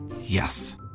Yes